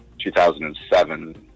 2007